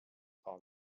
are